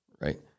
Right